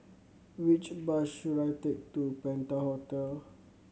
which bus should I take to Penta Hotel